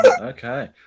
Okay